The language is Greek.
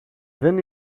δεν